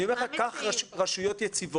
אני אומר לך, קח רשויות יציבות,